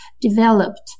developed